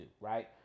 Right